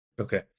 Okay